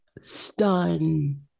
Stun